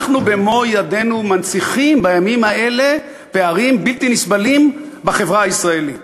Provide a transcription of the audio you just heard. אנחנו במו ידינו מנציחים בימים האלה פערים בלתי נסבלים בחברה הישראלית.